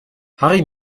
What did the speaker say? harry